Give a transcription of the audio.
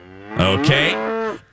Okay